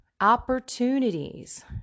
opportunities